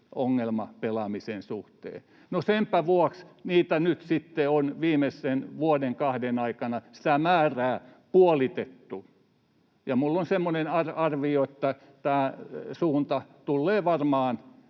ongelmapelaamisen suhteen. No, senpä vuoksi niiden määrä on nyt sitten viimeisen vuoden kahden aikana puolitettu, ja minulla on semmoinen arvio, että tämä suunta tullee varmaan